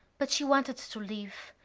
but she wanted to live.